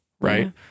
right